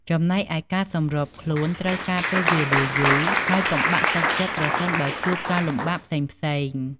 ចំណែកឯ ការសម្របខ្លួនត្រូវការពេលវេលាយូរ ហើយកុំបាក់ទឹកចិត្តប្រសិនបើជួបការលំបាកផ្សេងៗ។